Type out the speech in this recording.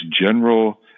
general